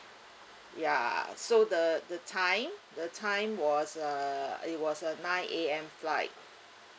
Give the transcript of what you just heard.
ya so the the time the time was uh it was a nine A_M flight